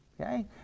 Okay